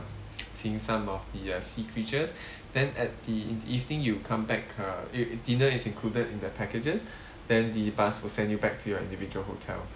seeing some of the uh sea creatures then at the in the evening you'll come back uh y~ dinner is included in the packages then the bus will send you back to your individual hotels